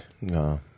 no